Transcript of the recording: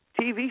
TV